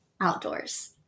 outdoors